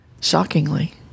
shockingly